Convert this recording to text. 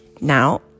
Now